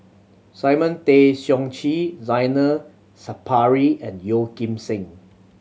Simon Tay Seong Chee Zainal Sapari and Yeo Kim Seng